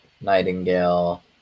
Nightingale